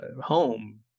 home